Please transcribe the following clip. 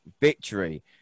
victory